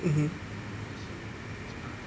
mmhmm